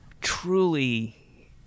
truly